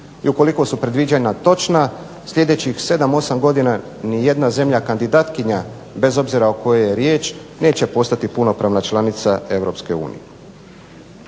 I ukoliko su predviđanja točna, sljedećih 7, 8 godina ni jedna zemlja kandidatkinja bez obzira o kojoj je riječ neće postati punopravna članica